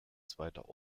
zweiter